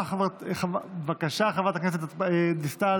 של חברת הכנסת גלית דיסטל